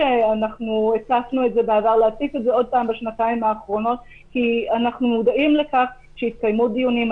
זה שוב בשנתיים האחרונות כי אנחנו מודעים לכך שהתקיימו דיונים,